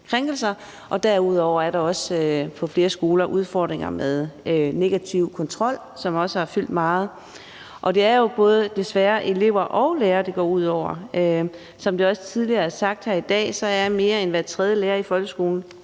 Derudover er der også på flere skoler udfordringer med negativ kontrol, som også har fyldt meget. Det er jo desværre både elever og lærere, det går ud over. Som det også tidligere er blevet sagt her i dag, er mere end hver tredje lærer i folkeskolen